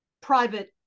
private